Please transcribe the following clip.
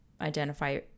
identify